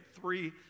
three